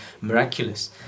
miraculous